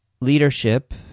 leadership